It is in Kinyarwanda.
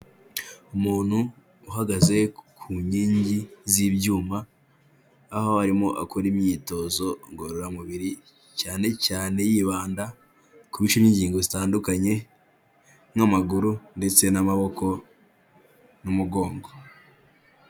Umuntu uhagaze ku nkingi z'ibyuma aho arimo akora imyitozo ngororamubiri cyane cyane yibanda kubice n'ingingo zitandukanye nk'amaguru ndetse n'amaboko n'umugongo.